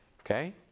Okay